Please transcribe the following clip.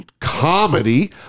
comedy